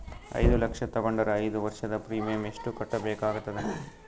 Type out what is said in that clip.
ಐದು ಲಕ್ಷ ತಗೊಂಡರ ಐದು ವರ್ಷದ ಪ್ರೀಮಿಯಂ ಎಷ್ಟು ಕಟ್ಟಬೇಕಾಗತದ?